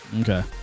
Okay